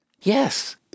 Yes